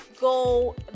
go